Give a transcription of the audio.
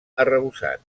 arrebossat